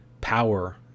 power